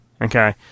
Okay